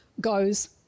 goes